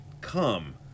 Come